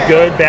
Good